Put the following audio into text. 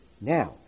Now